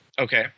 Okay